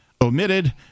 omitted